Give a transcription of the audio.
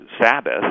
Sabbath